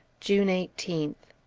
june eighteenth.